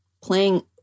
Playing